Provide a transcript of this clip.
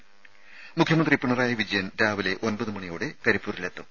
ത മുഖ്യമന്ത്രി പിണറായി വിജയൻ രാവിലെ ഒമ്പത് മണിയോടെ കരിപ്പൂരിലെത്തും